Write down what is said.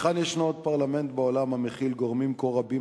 היכן ישנו עוד פרלמנט בעולם המכיל גורמים כה רבים